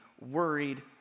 worried